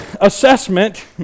assessment